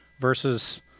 versus